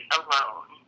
alone